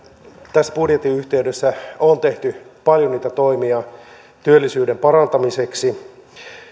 tässä budjetin yhteydessä on tehty paljon toimia työllisyyden parantamiseksi